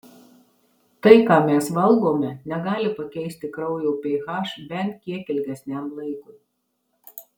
tai ką mes valgome negali pakeisti kraujo ph bent kiek ilgesniam laikui